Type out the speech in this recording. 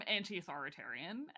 anti-authoritarian